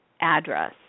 address